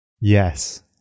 Yes